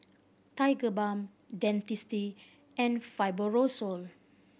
Tigerbalm Dentiste and Fibrosol